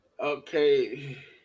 okay